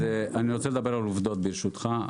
אני רוצה לדבר על עובדות, ברשותך.